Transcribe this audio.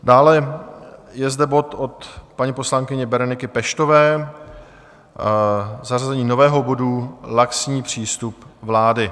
Dále je zde bod od paní poslankyně Bereniky Peštové, zařazení nového bodu Laxní přístup vlády.